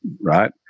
right